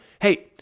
hey